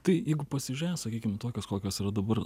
tai jeigu pasižiūrėt sakykim tokios kokios yra dabar